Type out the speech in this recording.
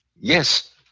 Yes